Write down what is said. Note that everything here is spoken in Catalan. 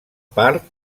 part